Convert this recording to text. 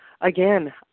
again